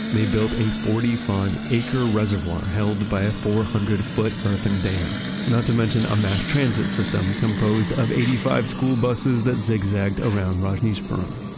they built a forty five acre reservoir held by a four hundred foot earthen dam, not to mention a mass transit system composed of eighty five school buses that zigzagged around rajneeshpuram.